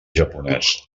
japonès